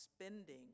spending